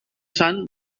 son